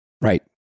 Right